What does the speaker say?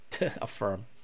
Affirm